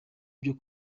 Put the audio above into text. byo